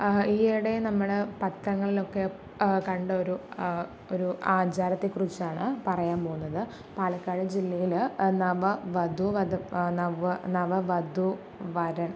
ഈയിടെ നമ്മൾ പത്രങ്ങളിലൊക്കെ കണ്ട ഒരു ഒരു ആചാരത്തെ കുറിച്ചാണ് പറയാൻ പോകുന്നത് പാലക്കാട് ജില്ലയിൽ നവ വധു നവ നവ വധു വരൻ